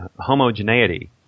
homogeneity